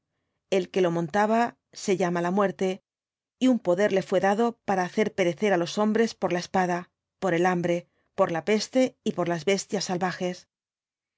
el que lo montaba se llama la muerie y un poder le fué dado para hacer perecer á los hombres por la espada por el hambre por la peste y por las bestias salvajes